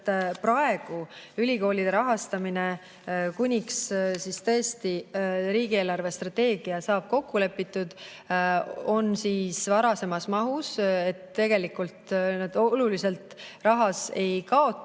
praegu ülikoolide rahastamine, kuniks tõesti riigi eelarvestrateegia saab kokku lepitud, on varasemas mahus, tegelikult nad oluliselt rahas ei kaota